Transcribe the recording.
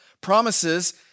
promises